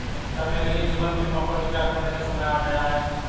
क्या मेरे लिए जीवन बीमा पर विचार करने का समय आ गया है?